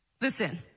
Listen